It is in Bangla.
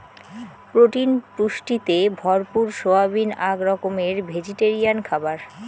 প্রোটিন পুষ্টিতে ভরপুর সয়াবিন আক রকমের ভেজিটেরিয়ান খাবার